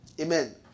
Amen